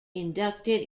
inducted